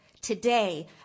today